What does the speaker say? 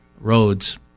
roads